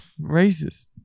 Racist